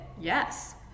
yes